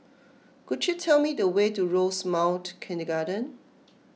could you tell me the way to Rosemount Kindergarten